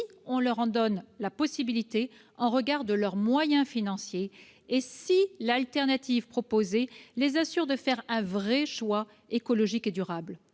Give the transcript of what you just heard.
on leur en donne la possibilité au regard de leurs moyens financiers et si l'alternative proposée les assure de faire un vrai choix écologique et durable.